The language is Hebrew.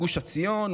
גוש עציון,